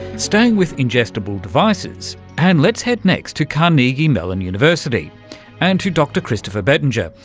staying with ingestible devices and let's head next to carnegie mellon university and to dr christopher bettinger,